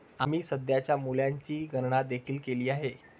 आम्ही सध्याच्या मूल्याची गणना देखील केली आहे